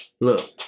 Look